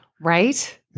right